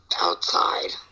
outside